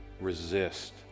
resist